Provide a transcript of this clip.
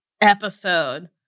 episode